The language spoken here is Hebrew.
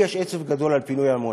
לי יש עצב גדול על פינוי עמונה.